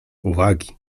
uwagi